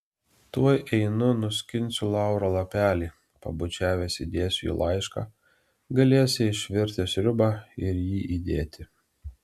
tuoj einu nuskinsiu lauro lapelį pabučiavęs įdėsiu į laišką galėsi išvirti sriubą ir jį įdėti